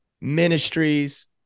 ministries